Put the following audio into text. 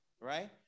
Right